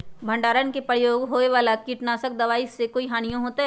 भंडारण में प्रयोग होए वाला किट नाशक दवा से कोई हानियों होतै?